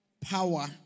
Power